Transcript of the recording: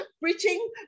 Preaching